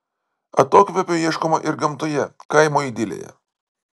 atokvėpio ieškoma ir gamtoje kaimo idilėje